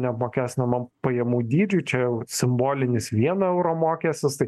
neapmokestinamam pajamų dydžiu čia jau simbolinis vieno euro mokestis tai